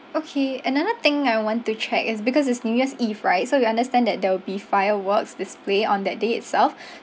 okay another thing I want to check is because it's new year's eve right so we understand that there will be fireworks display on that day itself